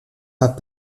pas